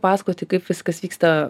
pasakoti kaip viskas vyksta